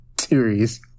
series